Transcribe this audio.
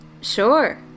Sure